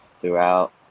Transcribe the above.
throughout